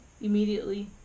immediately